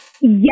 yes